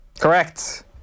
correct